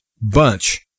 bunch